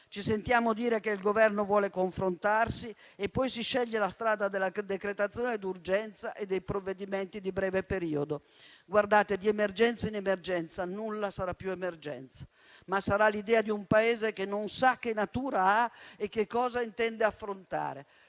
ci sentiamo dire che il Governo vuole confrontarsi, ma poi si sceglie la strada della decretazione d'urgenza e dei provvedimenti di breve periodo. Di emergenza in emergenza, nulla sarà più emergenza e ci sarà l'idea di un Paese che non sa che natura ha e che cosa intende affrontare.